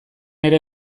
ere